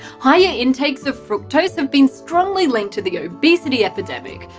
higher intakes of fructose have been strongly linked to the obesity epidemic,